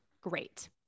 Great